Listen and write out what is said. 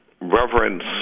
reverence